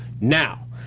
Now